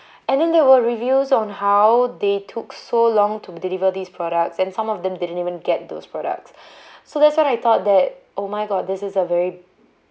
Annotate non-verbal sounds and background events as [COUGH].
and then there were reviews on how they took so long to deliver these products and some of them didn't even get those products [BREATH] so that's when I thought that oh my god this is a very